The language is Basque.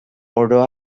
oro